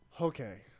Okay